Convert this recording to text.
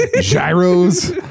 Gyros